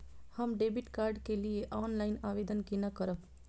हम debit card के लिए ऑनलाइन आवेदन केना करब?